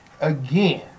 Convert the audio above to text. Again